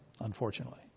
unfortunately